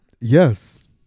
yes